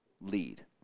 lead